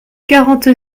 quarante